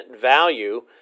value